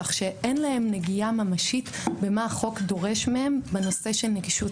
כך שאין להם נגיעה ממשית במה החוק דורש מהם בנושא של נגישות פרטנית.